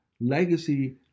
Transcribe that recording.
Legacy